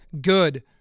good